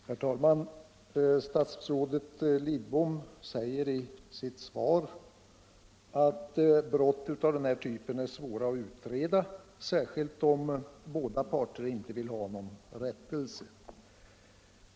Herr talman! Statsrådet Lidbom säger i sitt svar att brott av den här typen är svåra att utreda, särskilt om ingen av parterna vill ha någon rättelse.